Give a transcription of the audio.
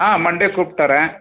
ஆ Monday கூப்பிட்டு வரேன்